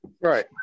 right